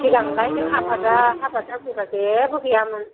सिगांलाय जों हाबा जाफैबा जेबो गैयामोन